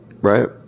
Right